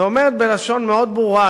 ואומרת בלשון מאוד ברורה,